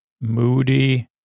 Moody